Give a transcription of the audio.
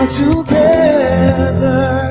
together